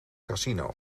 casino